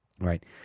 Right